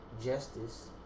justice